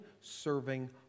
serving